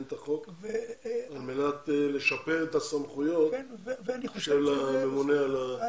את החוק על מנת לשפר את הסמכויות של הממונה על היחידה.